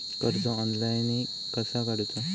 कर्ज ऑनलाइन कसा काडूचा?